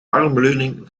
armleuning